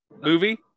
movie